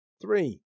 Three